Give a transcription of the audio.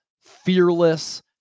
fearless